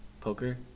poker